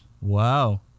Wow